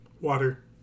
Water